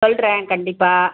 சொல்கிறேன் கண்டிப்பாக